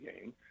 game